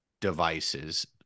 devices